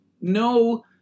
No